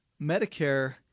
Medicare